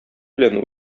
белән